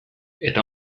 eta